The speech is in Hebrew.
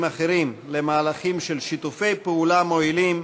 אחרים למהלכים של שיתופי פעולה מועילים,